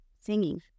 singing